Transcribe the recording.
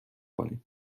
کنیم